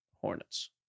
Hornets